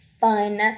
fun